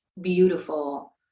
beautiful